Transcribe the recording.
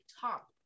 top